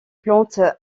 plantes